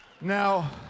Now